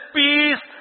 peace